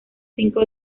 cinco